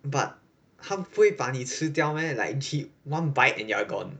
but 他不会把你吃掉 meh like chip one bite and you're gone